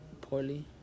Poorly